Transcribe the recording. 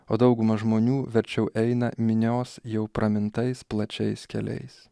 o dauguma žmonių verčiau eina minios jau pramintais plačiais keliais